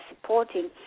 supporting